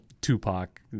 Tupac